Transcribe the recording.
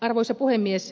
arvoisa puhemies